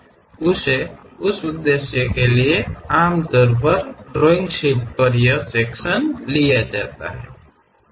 ಉತ್ತಮ ಭಾಗವೆಂದರೆ ಅವರು ವಿಭಾಗೀಯ ವೀಕ್ಷಣೆಯಂತಹದನ್ನು ಪ್ರತಿನಿಧಿಸುತ್ತಾರೆ ಈ ಕಂಪ್ಯೂಟರ್ ಮಾನಿಟರ್ ಮೂಲಕ ಹಾದುಹೋಗುವ ತುಂಡನ್ನು ತಯಾರಿಸುತ್ತಾರೆ